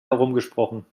herumgesprochen